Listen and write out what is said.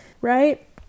right